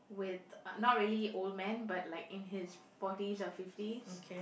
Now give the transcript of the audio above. with uh not really old man but like in his forties or fifties